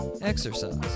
exercise